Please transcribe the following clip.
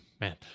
man